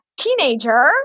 teenager